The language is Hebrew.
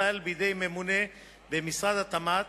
יוטל בידי ממונה במשרד התעשייה,